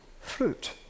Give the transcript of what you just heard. fruit